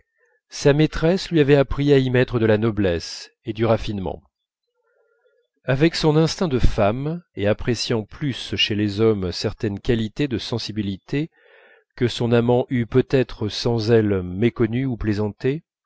sa maîtresse lui avait appris à y mettre de la noblesse et du raffinement avec son instinct de femme et appréciant plus chez les hommes certaines qualités de sensibilité que son amant eût peut-être sans elle méconnues ou plaisantées